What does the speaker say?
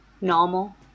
normal